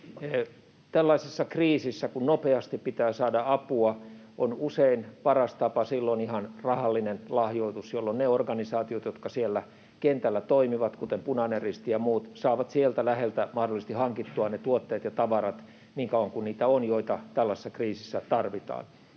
Tällaisessa kriisissä, kun nopeasti pitää saada apua, on usein paras tapa silloin ihan rahallinen lahjoitus, jolloin ne organisaatiot, jotka siellä kentällä toimivat, kuten Punainen Risti ja muut, saavat sieltä läheltä mahdollisesti hankittua ne tuotteet ja tavarat — niin kauan kuin niitä on — joita tällaisessa kriisissä tarvitaan.